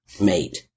mate